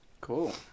Cool